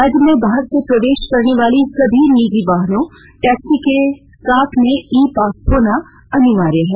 राज्य में बाहर से प्रवेश करने वाली सभी निजी वाहनों टैक्सी के लिए साथ में ई पास होना अनिवार्य है